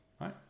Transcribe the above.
right